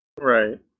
Right